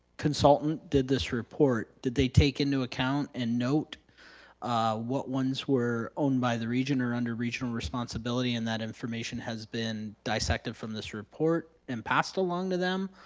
consultant did this report, did they take into account and note what ones were owned by the region or under regional responsibility and that information has been dissected from this report and passed along to them?